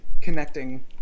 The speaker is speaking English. connecting